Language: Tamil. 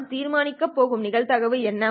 நான் தீர்மானிக்கப் போகும் நிகழ்தகவு என்ன